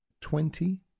twenty